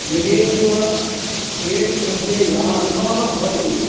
गृहे एव थियेटर् मध्ये या अनुभवः भवति